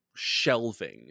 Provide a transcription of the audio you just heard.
Shelving